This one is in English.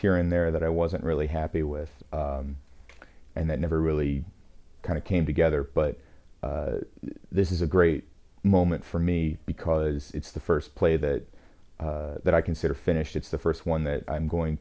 here and there that i wasn't really happy with and that never really kind of came together but this is a great moment for me because it's the first play that i consider finished it's the first one that i'm going